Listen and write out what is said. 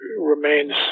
remains